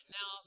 Now